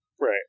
Right